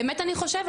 באמת אני חושבת.